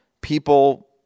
people